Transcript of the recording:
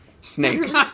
snakes